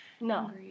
No